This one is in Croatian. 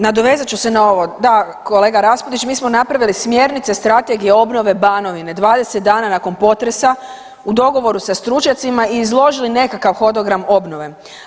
Nadovezat ću se na ovo, da kolega Raspudić mi smo napravili smjernice strategije obnove Banovine 20 dana nakon potresa u dogovoru sa stručnjacima i izložili nekakav hodogram obnove.